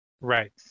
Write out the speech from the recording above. right